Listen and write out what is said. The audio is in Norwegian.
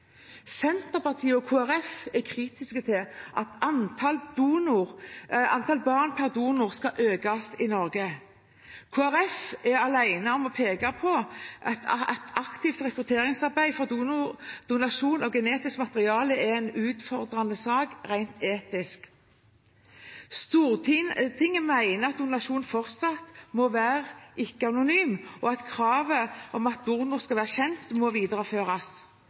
Senterpartiet og Kristelig Folkeparti er kritiske til at antall barn per donor skal økes i Norge. Kristelig Folkeparti er alene om å peke på at aktivt rekrutteringsarbeid for donasjon av genetisk materiale er en utfordrende sak rent etisk. Stortinget mener at donasjon fortsatt må være ikke-anonym, og at kravet om at donor skal være ukjent, må videreføres.